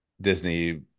Disney